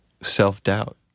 self-doubt